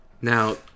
Now